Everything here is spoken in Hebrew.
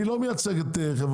אני לא מייצג את החברות.